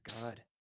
God